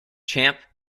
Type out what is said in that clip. champ